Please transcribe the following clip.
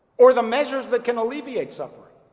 or the measures that can alleviate suffering?